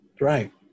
Right